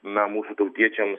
na mūsų tautiečiams